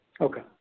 Okay